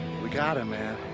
we got him, man.